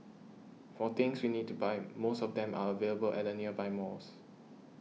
for things we need to buy most of them are available at the nearby malls